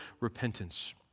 repentance